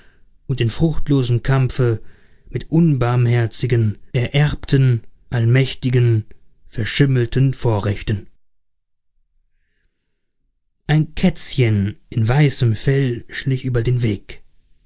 und in fruchtlosem kampfe mit unbarmherzigen ererbten allmächtigen verschimmelten vorrechten ein kätzchen in weißem fell schlich über den weg